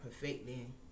perfecting